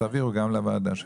תעבירו גם לוועדה.